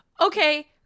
Okay